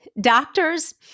Doctors